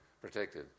protected